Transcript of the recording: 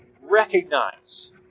recognize